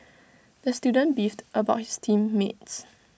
the student beefed about his team mates